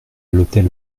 l’hôtel